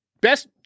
best